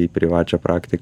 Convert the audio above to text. į privačią praktiką